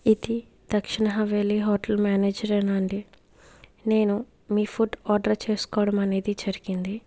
ఇది Dakshin Haveli hotel manager ఏనా అండి నేను మీ ఫుడ్ ఆర్డర్ చేస్కోవడం అనేది జరిగింది